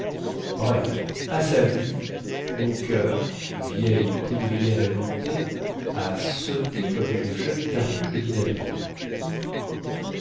bref à sa vue mon coeur vieille poudrière éventée a sauté comme une jeune cartouche de dynamite